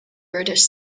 british